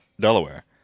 Delaware